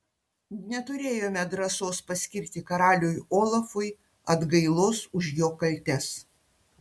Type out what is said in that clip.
neturėjome drąsos paskirti karaliui olafui atgailos už jo kaltes